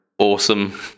awesome